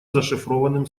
зашифрованным